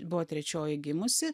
buvo trečioji gimusi